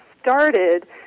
started